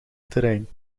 terrein